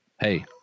Hey